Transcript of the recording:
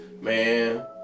man